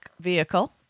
vehicle